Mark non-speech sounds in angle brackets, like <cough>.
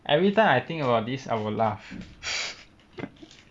everytime I think about this I will laugh <laughs>